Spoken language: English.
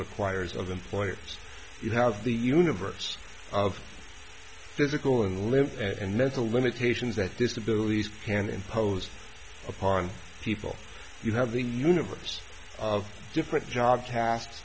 requires of them players you have the universe of physical and limb and mental limitations that disabilities can impose upon people you have the universe of different job tas